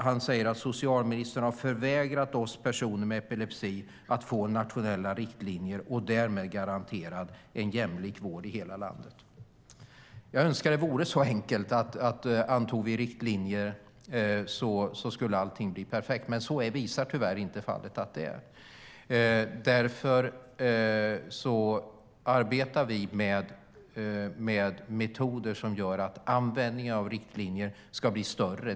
Han skriver att socialministern har "förvägrat oss personer med epilepsi att få nationella riktlinjer och därmed garanterade en jämlik vård i hela landet". Jag önskar att det vore så enkelt att allting skulle bli perfekt om vi antog riktlinjer, men så är tyvärr inte fallet. Därför arbetar vi med metoder som gör att användningen av riktlinjer ska bli större.